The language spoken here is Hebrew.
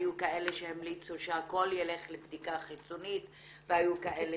היו כאלה שהמליצו שהכל ילך לבדיקה חיצונית והיו כאלה